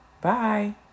Bye